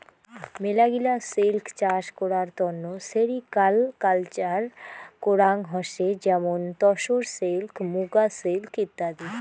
মেলাগিলা সিল্ক চাষ করার তন্ন সেরিকালকালচার করাঙ হসে যেমন তসর সিল্ক, মুগা সিল্ক ইত্যাদি